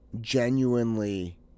genuinely